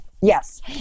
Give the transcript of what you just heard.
Yes